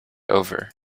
over